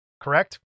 Correct